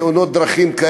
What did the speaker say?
ומתאונות דרכים,